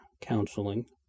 counseling